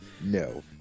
No